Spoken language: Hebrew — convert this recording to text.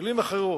במלים אחרות,